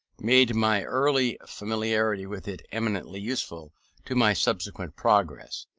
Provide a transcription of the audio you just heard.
made my early familiarity with it eminently useful to my subsequent progress.